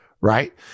right